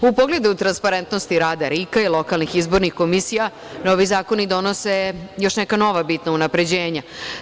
U pogledu transparentnosti rada RIK i lokalnih izbornih komisija novi zakoni donose još neka nova bitna unapređenja.